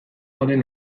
joaten